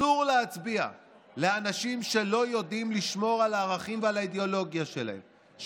אסור להצביע לאנשים שלא יודעים לשמור על הערכים ועל האידיאולוגיה שלהם,